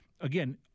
again